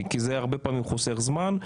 כי זה הרבה פעמים חוסך זמן,